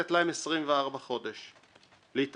לתת להם 24 חודש להתארגן.